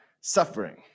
suffering